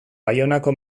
baionako